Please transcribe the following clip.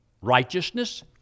righteousness